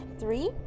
three